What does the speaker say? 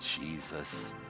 Jesus